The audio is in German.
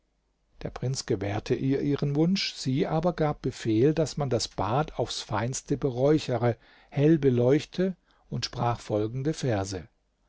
der prinz gewährte ihr ihren wunsch sie aber gab befehl daß man das bad aufs feinste beräuchere hell beleuchte und sprach folgende verse